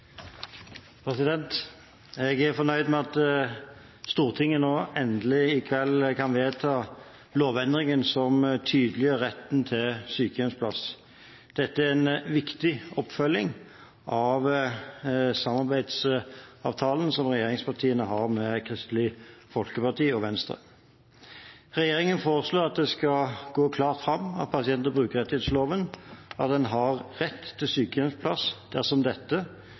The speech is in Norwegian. komiteen. Jeg er fornøyd med at Stortinget i kveld endelig kan vedta lovendringen som tydeliggjør retten til sykehjemsplass. Dette er en viktig oppfølging av samarbeidsavtalen regjeringspartiene har med Kristelig Folkeparti og Venstre. Regjeringen foreslår at det skal gå klart fram av pasient- og brukerrettighetsloven at en har rett til sykehjemsplass dersom dette